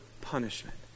punishment